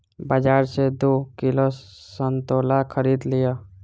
बाजार सॅ दू किलो संतोला खरीद लिअ